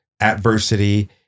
adversity